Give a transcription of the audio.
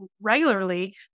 regularly